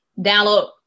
download